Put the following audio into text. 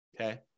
Okay